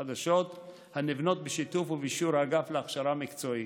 חדשות הנבנות בשיתוף ובאישור האגף להכשרה מקצועית.